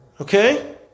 Okay